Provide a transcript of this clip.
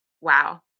wow